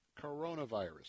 coronavirus